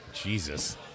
Jesus